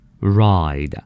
Ride